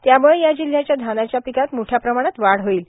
यामुळ या जिल्ह्याच्या धानाच्या मोठ्या प्रमाणात वाढ होईल